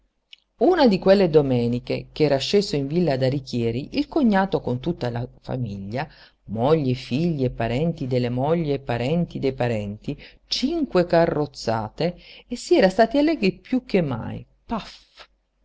una di quelle domeniche ch'era sceso in villa da richieri il cognato con tutta la famiglia moglie e figli e parenti della moglie e parenti dei parenti cinque carrozzate e si era stati allegri piú che mai paf